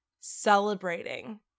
celebrating